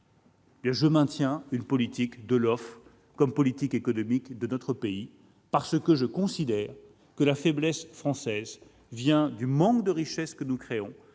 le choix d'une politique de l'offre comme politique économique de notre pays. Je le maintiens, parce que je considère que la faiblesse française vient du manque de richesses que nous créons,